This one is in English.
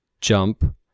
jump